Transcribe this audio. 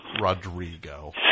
Rodrigo